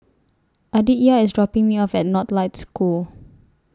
Aditya IS dropping Me off At North Lights School